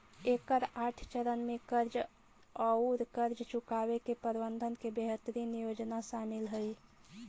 एकर आठ चरण में कर्ज औउर कर्ज चुकावे के प्रबंधन के बेहतरीन योजना शामिल हई